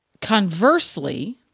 conversely